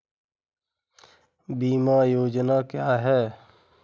बीमा योजना क्या है?